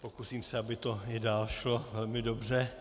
Pokusím se, aby to i dál šlo velmi dobře.